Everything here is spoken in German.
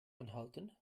anhalten